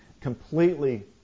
completely